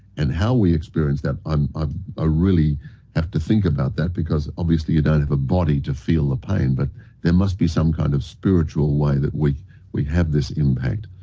and how we experience that pain, um i ah really have to think about that because obviously, you don't have a body to feel the pain but there must be some kind of spiritual way that we we have this impact.